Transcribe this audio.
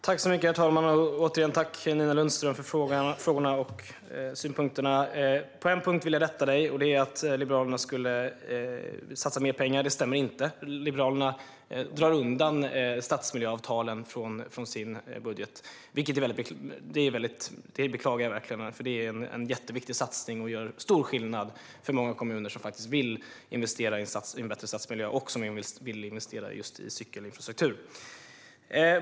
Herr talman! Tack återigen för frågorna och synpunkterna, Nina Lundström! På en punkt vill jag rätta dig. Det handlar om att Liberalerna skulle satsa mer pengar. Det stämmer inte, för Liberalerna drar undan stadsmiljöavtalen från sin budget. Det beklagar jag verkligen, för det är en jätteviktig satsning som gör stor skillnad för många kommuner som vill investera i en bättre stadsmiljö och som vill investera i just cykelinfrastruktur.